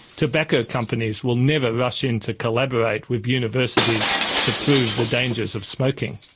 tobacco companies will never rush in to collaborate with universities to prove the dangers of smoking.